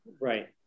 Right